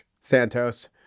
Santos